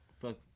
Fuck